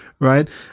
Right